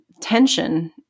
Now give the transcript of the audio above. tension